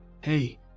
Hey